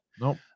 Nope